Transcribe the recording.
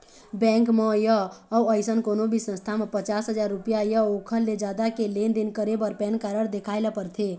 bank म य अउ अइसन कोनो भी संस्था म पचास हजाररूपिया य ओखर ले जादा के लेन देन करे बर पैन कारड देखाए ल परथे